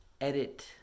edit